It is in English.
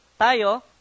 Tayo